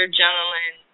gentleman